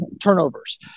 turnovers